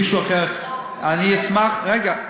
מישהו, לא, רגע.